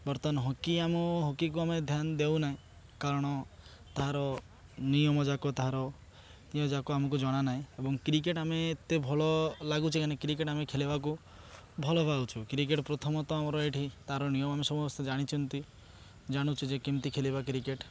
ବର୍ତ୍ତମାନ ହକି ଆମ ହକିକୁ ଆମେ ଧ୍ୟାନ ଦେଉନାହିଁ କାରଣ ତାହାର ନିୟମଯାକ ତାର ନିୟମଯାକ ଆମକୁ ଜଣା ନାହିଁ ଏବଂ କ୍ରିକେଟ୍ ଆମେ ଏତେ ଭଲ ଲାଗୁଛି କାହିଁକି କ୍ରିକେଟ୍ ଆମେ ଖେଲିବାକୁ ଭଲ ପାଉଛୁ କ୍ରିକେଟ୍ ପ୍ରଥମତଃ ଆମର ଏଠି ତାର ନିୟମ ଆମେ ସମସ୍ତେ ଜାଣିଚନ୍ତି ଜାଣୁଛୁ ଯେ କେମିତି ଖେଲିବା କ୍ରିକେଟ୍